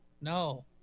No